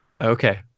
Okay